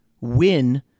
win